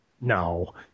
No